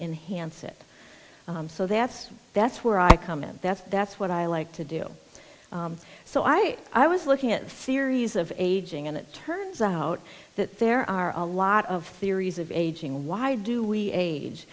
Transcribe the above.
enhance it so that's that's where i come in that's that's what i like to do so i i was looking at a series of aging and it turns out that there are a lot of theories of aging why do we age